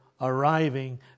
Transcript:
arriving